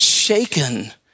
shaken